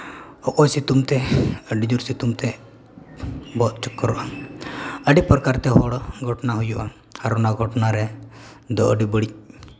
ᱚᱠᱚᱭ ᱥᱤᱛᱩᱝ ᱛᱮ ᱟᱹᱰᱤ ᱡᱳᱨ ᱥᱤᱛᱩᱝ ᱛᱮ ᱵᱚᱦᱚᱜ ᱟᱹᱰᱤ ᱯᱨᱚᱠᱟᱨ ᱛᱮ ᱦᱚᱲ ᱜᱷᱚᱴᱱᱟ ᱦᱩᱭᱩᱜᱼᱟ ᱟᱨ ᱚᱱᱟ ᱜᱷᱚᱴᱚᱱᱟ ᱨᱮ ᱫᱚ ᱟᱹᱰᱤ ᱵᱟᱹᱲᱤᱡ